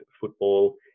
football